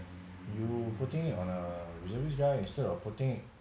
you putting it on a reservist guy instead of putting it